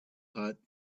hut